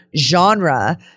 genre